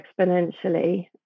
exponentially